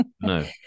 No